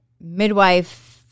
midwife